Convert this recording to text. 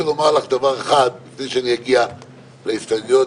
אני מדברת על הנישואים הקונסולריים,